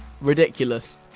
ridiculous